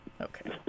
Okay